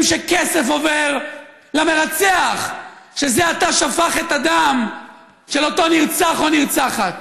שכסף עובר למרצח שזה עתה שפך את הדם של אותו נרצח או נרצחת.